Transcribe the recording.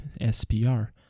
SPR